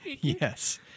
Yes